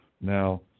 Now